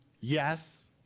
Yes